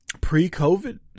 pre-COVID